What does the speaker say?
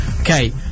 Okay